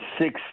six